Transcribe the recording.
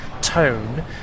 tone